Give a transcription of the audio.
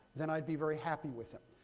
then i'd be very happy with him.